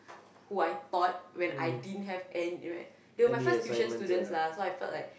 who I taught when I didn't have any they were my first tuition students lah so I felt like